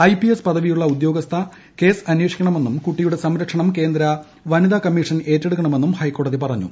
IPS പദവിയുള്ള ഉദ്യോഗസ്ഥ case അന്വേഷിക്കണമെന്നും കുട്ടിയുടെ സംരക്ഷണം കേന്ദ്ര വനിതാകമ്മീഷൻ ഏറ്റെടുക്കണമെന്നും ഹൈക്കോടതി പറഞ്ഞു